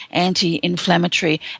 anti-inflammatory